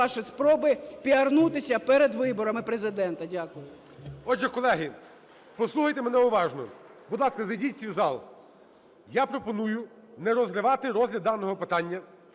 ваші спроби піарнутися перед виборами Президента. Дякую. ГОЛОВУЮЧИЙ. Отже, колеги, послухайте мене уважно. Будь ласка, зайдіть всі в зал. Я пропоную не розривати розгляд даного питання.